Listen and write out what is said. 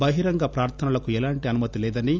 బహిరంగ ప్రార్గనలకు ఎలాంటి అనుమతి లేదని